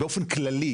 באופן כללי,